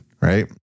right